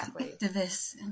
activists